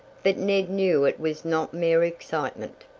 but ned knew it was not mere excitement.